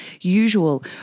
usual